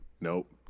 Nope